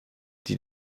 die